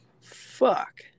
fuck